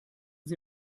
sie